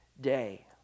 day